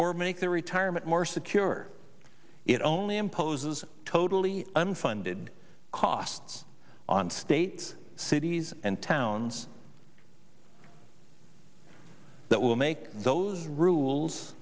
or make their retirement more secure it only imposes totally unfunded costs on states cities and towns that will make those rules